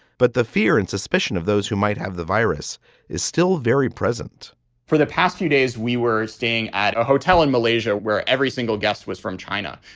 but the fear and suspicion of those who might have the virus is still very present for the past few days, we were staying at a hotel in malaysia where every single guest was from china.